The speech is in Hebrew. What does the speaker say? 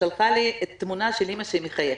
שלחה לי תמונה של אימא שהיא מחייכת,